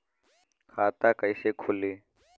खाता कईसे खुली?